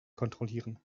kontrollieren